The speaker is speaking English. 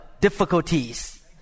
difficulties